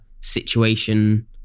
situation